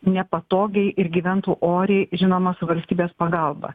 nepatogiai ir gyventų oriai žinoma su valstybės pagalba